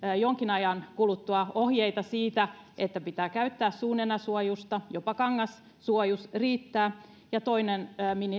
jonkin ajan kuluttua ohjeita siitä että pitää käyttää suu nenäsuojusta jopa kangassuojus riittää ja toinen